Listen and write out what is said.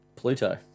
Pluto